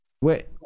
wait